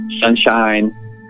sunshine